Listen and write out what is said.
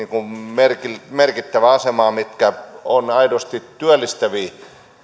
merkittävään merkittävään asemaan jotka ovat aidosti työllistäviä